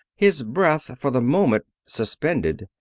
his breath for the moment suspended.